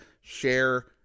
share